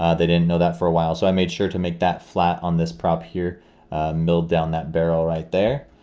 ah they didn't know that for a while so i made sure to make that flat on this prop here milled down that barrel right there,